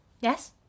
Yes